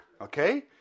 Okay